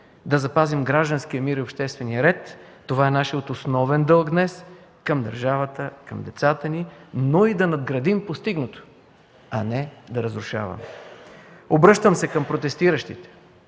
да запазим гражданския мир и обществения ред – това е нашият основен дълг днес към държавата, към децата ни, но и да надградим постигнатото, а не да разрушаваме. Обръщам се към протестиращите: